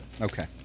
Okay